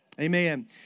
amen